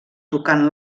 tocant